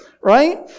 right